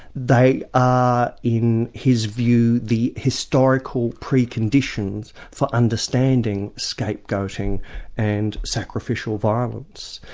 they are, in his view, the historical preconditions for understanding scapegoating and sacrificial violence.